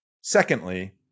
Secondly